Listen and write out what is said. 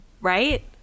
Right